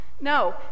No